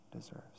deserves